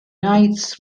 nights